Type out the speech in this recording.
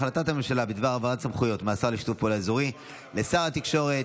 החלטת הממשלה בדבר העברת סמכויות מהשר לשיתוף פעולה אזורי לשר התקשורת,